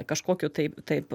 kažkokiu tai taip